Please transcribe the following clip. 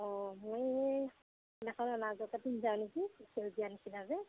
অঁ মই এই সেইদিনাখন অনা যোৰকে পিন্ধি যাওঁ নেকি সেইজীয়া নিচিনা যে